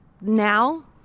now